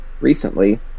recently